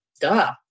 duh